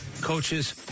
coaches